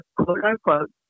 quote-unquote